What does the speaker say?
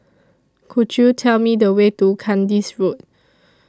Could YOU Tell Me The Way to Kandis Road